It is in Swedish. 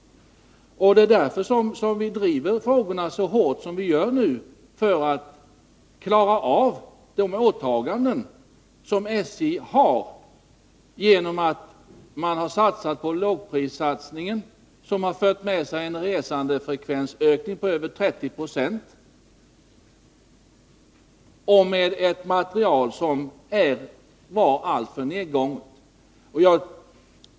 Det är därför vi driver de här frågorna så hårt som vi gör för att klara de åtaganden som SJ gjort genom sin lågprissatsning, som fört med sig en resandefrekvensökning på över 30 Zo med en materiel som var alltför nedsliten.